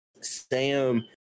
Sam